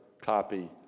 copy